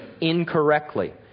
incorrectly